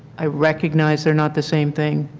i recognize they are not the same thing.